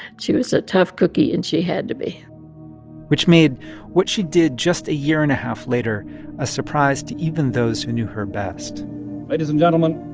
she was a tough cookie, and she had to be which made what she did just a year and a half later a surprise to even those who knew her best ladies and gentlemen,